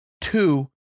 two